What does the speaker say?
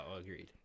agreed